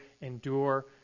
endure